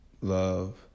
love